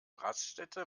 raststätte